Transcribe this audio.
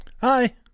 Hi